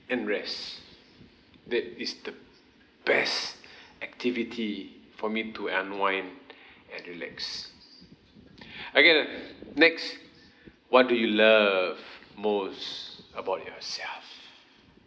and rest that is the best activity for me to unwind and relax okay next what do you love most about yourself